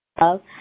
love